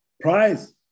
prize